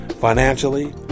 financially